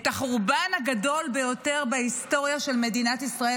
את החורבן הגדול ביותר בהיסטוריה של מדינת ישראל,